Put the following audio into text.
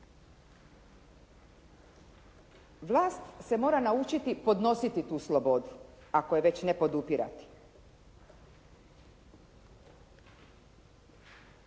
Vlast se mora naučiti podnositi tu slobodu, ako je već ne podupirati.